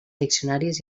diccionaris